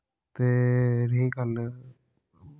ते रेई गल्ल